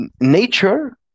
nature